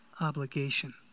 obligation